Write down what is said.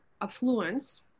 affluence